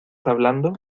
hablando